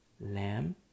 Lamb